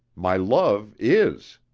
my love is!